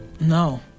No